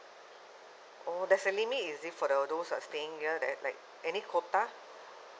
oh there's a limit is it for the those who are staying here that is like any quota